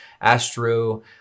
Astro